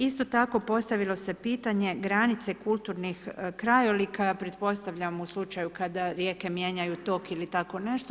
Isto tako, postavilo se pitanje granice kulturnih krajolika pretpostavljam u slučaju kada rijeke mijenjaju tok ili tako nešto.